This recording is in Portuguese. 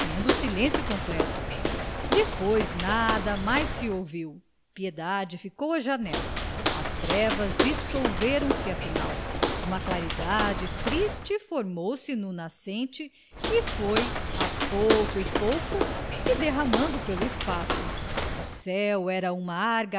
o silêncio completo depois nada mais se ouviu piedade ficou à janela as trevas dissolveram se afinal uma claridade triste formou-se no nascente e foi a pouco e pouco se derramando pelo espaço o céu era uma